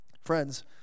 Friends